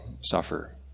suffer